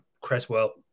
Creswell